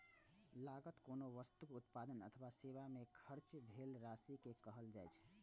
लागत कोनो वस्तुक उत्पादन अथवा सेवा मे खर्च भेल राशि कें कहल जाइ छै